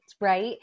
right